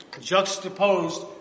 juxtaposed